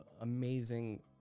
amazing